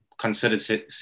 considered